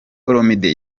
olomide